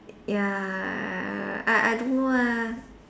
ya uh I I don't know ah